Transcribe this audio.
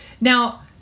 Now